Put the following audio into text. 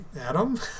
Adam